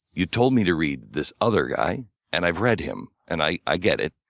you told me to read this other guy and i've read him. and i i get it.